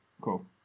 cool